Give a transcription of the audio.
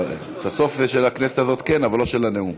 את הסוף של הכנסת הזאת כן, אבל לא של הנאומים.